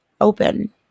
open